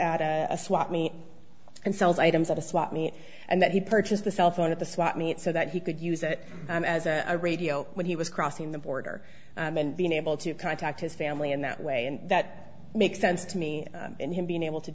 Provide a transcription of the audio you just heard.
at a swap meet and sells items at a swap meet and that he purchased the cell phone at the swap meet so that he could use it as a radio when he was crossing the border and being able to contact his family in that way and that makes sense to me and him being able to